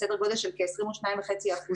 בסדר גודל של כ-22.5 אחוזים,